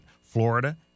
Florida